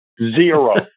Zero